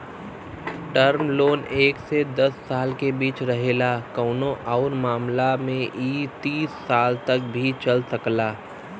term loan एक से दस साल के बीच रहेला कउनो आउर मामला में इ तीस साल तक भी चल सकला